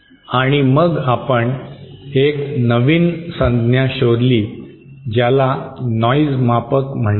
आणि मग आपण एक नवीन संज्ञा शोधली ज्याला नॉइज मापक म्हणतात